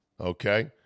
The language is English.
Okay